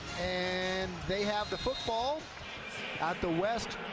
and they have the football at the west